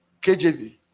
kjv